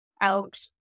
out